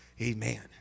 Amen